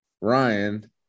Ryan